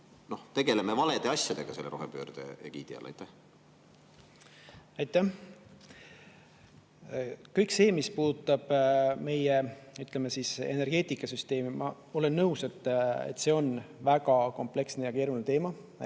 tegeleme valede asjadega selle rohepöörde egiidi all? Aitäh! Kõik see, mis puudutab meie energeetikasüsteemi – ma olen nõus, et see on väga kompleksne ja keeruline teema.